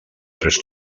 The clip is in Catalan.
tres